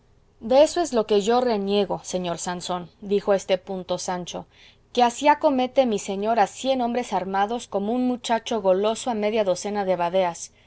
desventuras deso es lo que yo reniego señor sansón dijo a este punto sancho que así acomete mi señor a cien hombres armados como un muchacho goloso a media docena de badeas